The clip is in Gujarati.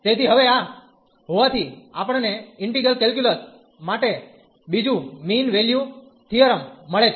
તેથી હવે આ હોવાથી આપણ ને ઇન્ટિગ્રલ કેલ્ક્યુલસ માટે બીજું મીન વેલ્યુ થીયરમ મળે છે